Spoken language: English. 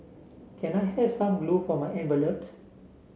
can I have some glue for my envelopes